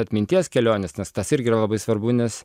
atminties kelionės nes tas irgi yra labai svarbu nes